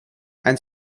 and